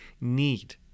need